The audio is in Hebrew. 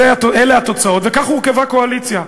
אלה התוצאות, וככה הורכבה הקואליציה.